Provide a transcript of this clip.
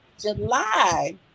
July